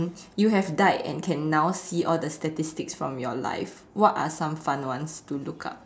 you have died and can now see all the statistics from your life what are some fun ones to look up